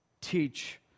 teach